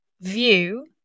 view